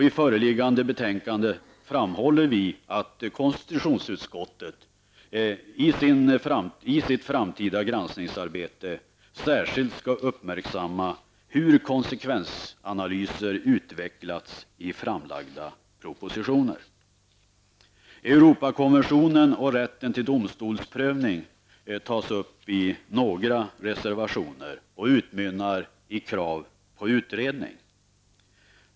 I föreliggande betänkande framhåller vi att konstitutionsutskottet i sitt framtida granskningsarbete särskilt skall uppmärksamma hur konsekvensanalyser utvecklats i framlagda propositioner. Europakonventionen och rätten till domstolsprövning tas upp i några reservationer och utmynnar i krav på utredning.